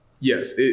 Yes